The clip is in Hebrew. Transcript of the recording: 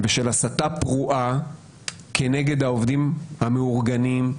ושל הסתה פרועה כנגד העובדים המאורגנים,